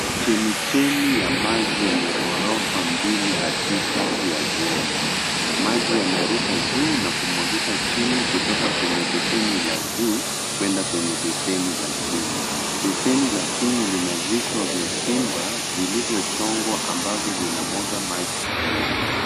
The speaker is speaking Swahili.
Chemi chemi ya maji yenye ghorofa mbili katikati nje ya jengo. Maji yanaruka juu na kumwagika chini kutoka kwenye besheni la juu kuenda kwenye besheni la chini. Besheni la chini lina vichwa vya simba vilivyochongwa ambavyo vinamwaga maji pia.